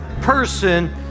person